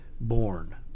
born